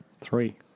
Three